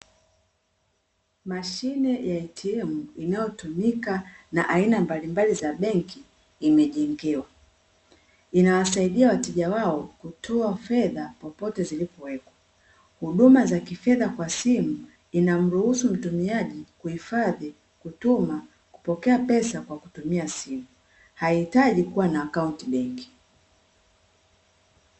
Mashine ya ATM inayotumika na aina mbalimbali za benki imejengewa, inawasaidia wateja wao kutoa fedha popote zilipowekwa. Huduma za kifedha kwa simu inamruhusu mtumiaji: kuhifadhi, kutuma, kupokea pesa kwa kutumia simu; haitaji kuwa na akaunti benki .